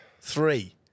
Three